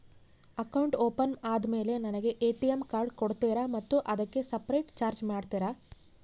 Account open ಆದಮೇಲೆ ನನಗೆ ATM card ಕೊಡ್ತೇರಾ ಮತ್ತು ಅದಕ್ಕೆ ಸಪರೇಟ್ ಚಾರ್ಜ್ ಮಾಡ್ತೇರಾ?